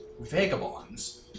vagabonds